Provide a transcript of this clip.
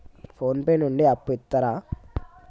Phone pay నుండి అప్పు ఇత్తరా?